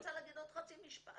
אני רוצה עוד חצי משפט.